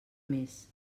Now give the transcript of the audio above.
més